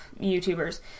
YouTubers